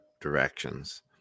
directions